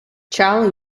charlie